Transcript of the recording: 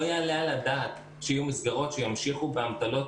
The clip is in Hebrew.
לא יעלה על הדעת שיהיו מסגרות שימשיכו באמתלות